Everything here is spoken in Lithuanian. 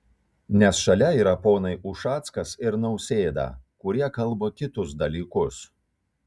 nes šalia yra ponai ušackas ir nausėda kurie kalba kitus dalykus